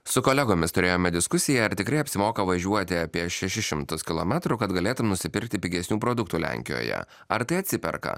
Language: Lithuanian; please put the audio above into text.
su kolegomis turėjome diskusiją ar tikrai apsimoka važiuoti apie šešis šimtus kilometrų kad galėtum nusipirkti pigesnių produktų lenkijoje ar tai atsiperka